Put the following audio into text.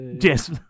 yes